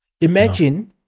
Imagine